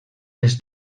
les